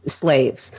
Slaves